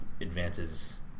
advances